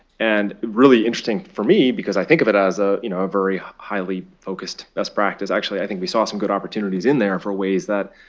and really interesting for me, because i think of it as a you know ah very highly focused best practice. actually, i think we saw some good opportunities in there for ways that,